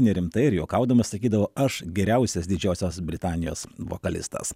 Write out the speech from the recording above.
nerimtai ar juokaudamas sakydavo aš geriausias didžiosios britanijos vokalistas